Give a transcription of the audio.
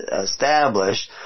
established